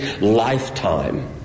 lifetime